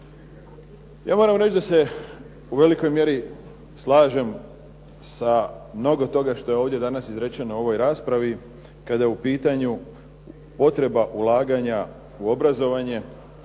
Ja moram reći da se u velikoj mjeri slažem sa mnogo toga što je ovdje danas izrečeno u ovoj raspravi kada je u pitanju potreba ulaganja u obrazovanje.